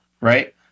right